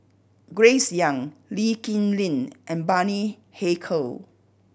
Grace Young Lee Kip Lin and Bani Haykal